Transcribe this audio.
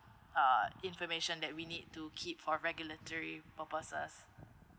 uh information that we need to keep for regulatory purposes